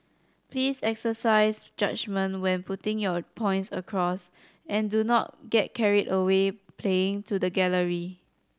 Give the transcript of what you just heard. please exercise judgement when putting your points across and do not get carried away playing to the gallery